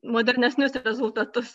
modernesnius rezultatus